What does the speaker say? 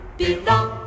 belong